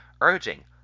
urging